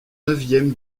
neuvième